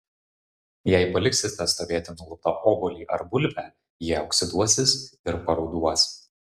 jei paliksite stovėti nuluptą obuolį ar bulvę jie oksiduosis ir paruduos